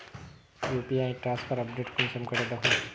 UPI transfer update कुंसम करे दखुम?